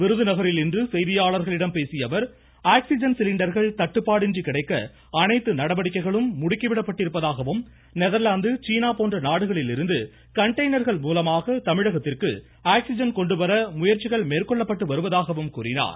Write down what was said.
விருதுநகரில் இன்று செய்தியாளர்களிடம் பேசிய அவர் ஆக்சிஜன் சிலிண்டர்கள் தட்டுப்பாடின்றி கிடைக்க அனைத்து நடவடிக்கைகளும் முடுக்கி விடப்பட்டிருப்பதாகவும் நெதர்லாந்து சீனா போன்ற நாடுகளிலிருந்து கண்டெய்னர்கள் மூலமாக தமிழகத்திற்கு ஆக்சிஜன் கொண்டு வர முயற்சிகள் மேற்கொள்ளப்பட்டு வருவதாகவும் கூறினார்